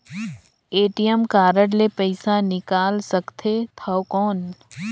ATM card ले पइसा निकाल सकथे थव कौन?